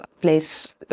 place